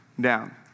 down